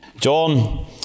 John